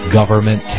Government